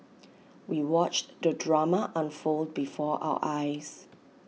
we watched the drama unfold before our eyes